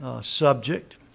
subject